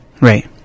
Right